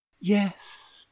Yes